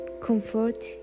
comfort